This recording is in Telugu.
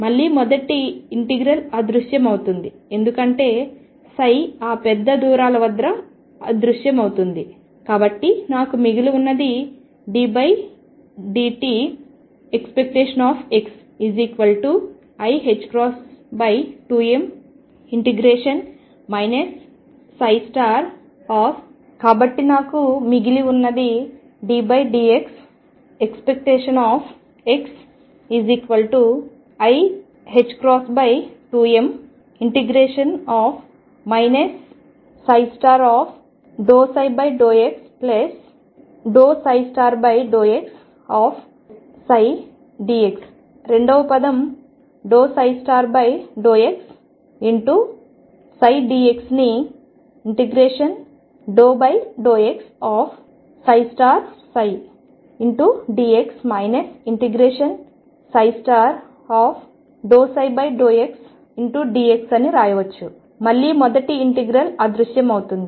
మళ్లీ మొదటి ఇంటిగ్రల్ అదృశ్యమవుతుంది ఎందుకంటే ఆ పెద్ద దూరాల వద్ద అదృశ్యమవుతుంది